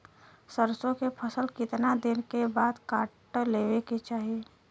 सरसो के फसल कितना दिन के बाद काट लेवे के चाही?